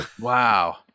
Wow